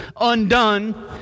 undone